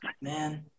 man